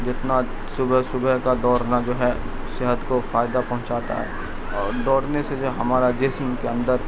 جتنا صبح صبح کا دورنا جو ہے صحت کو فائدہ پہنچاتا ہے اور دورنے سے جو ہمارا جسم کے اندر